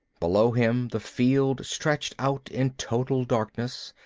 below him the field stretched out in total darkness,